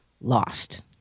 lost